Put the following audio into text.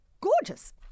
Gorgeous